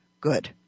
good